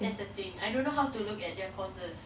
that's the thing I don't know how to look at their courses